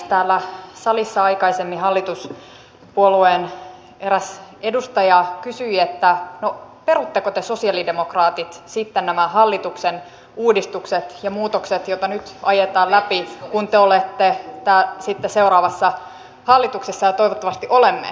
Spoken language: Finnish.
täällä salissa aikaisemmin hallituspuolueen eräs edustaja kysyi perutteko te sosialidemokraatit sitten nämä hallituksen uudistukset ja muutokset joita nyt ajetaan läpi kun te olette sitten seuraavassa hallituksessa ja toivottavasti olemme